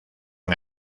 han